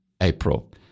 April